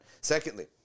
Secondly